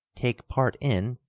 take part in,